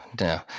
no